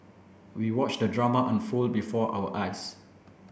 we watched the drama unfold before our eyes